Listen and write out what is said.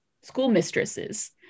schoolmistresses